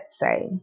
say